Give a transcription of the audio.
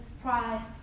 Pride